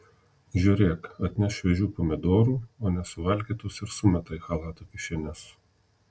žiūrėk atneš šviežių pomidorų o nesuvalgytus ir sumeta į chalato kišenes